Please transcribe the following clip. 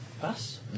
pass